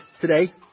today